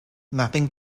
nothing